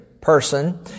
person